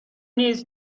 نیز